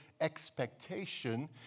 expectation